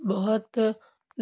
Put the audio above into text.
بہت